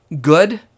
good